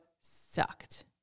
sucked